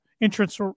entrance